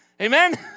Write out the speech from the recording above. Amen